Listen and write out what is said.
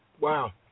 Wow